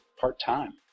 part-time